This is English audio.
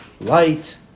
Light